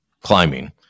climbing